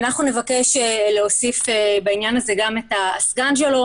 ואנחנו נבקש להוסיף בעניין הזה גם את הסגן שלו,